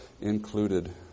included